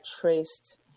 traced